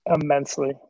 immensely